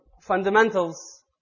fundamentals